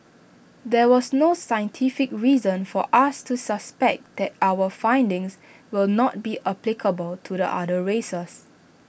there was no scientific reason for us to suspect that our findings will not be applicable to the other races